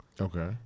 Okay